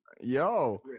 Yo